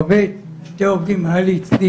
היו אצלי